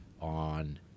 on